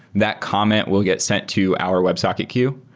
that comment will get sent to our websocket queue.